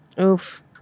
Oof